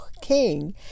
king